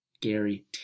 Gary